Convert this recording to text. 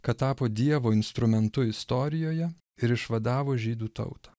kad tapo dievo instrumentu istorijoje ir išvadavo žydų tautą